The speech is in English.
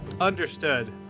Understood